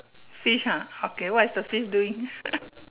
fish ha okay what is the fish doing